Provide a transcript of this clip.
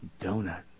donut